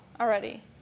already